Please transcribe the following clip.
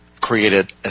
created